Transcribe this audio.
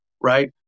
right